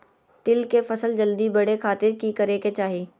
तिल के फसल जल्दी बड़े खातिर की करे के चाही?